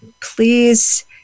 Please